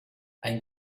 ein